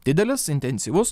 didelis intensyvus